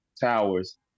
towers